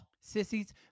Sissies